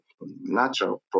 natural